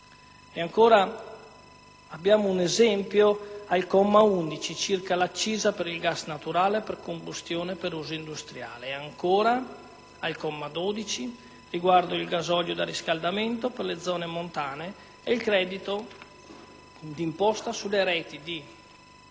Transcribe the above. E ancora, ne abbiamo un esempio al comma 11 a proposito dell'accisa per il gas naturale per combustione per uso industriale, nonché al comma 12, riguardo al gasolio da riscaldamento per le zone montane ed il credito d'imposta sulle reti di